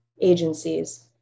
agencies